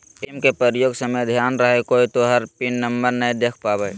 ATM के प्रयोग समय ध्यान रहे कोय तोहर पिन नंबर नै देख पावे